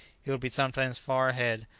he would be sometimes far ahead,